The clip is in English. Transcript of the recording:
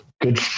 good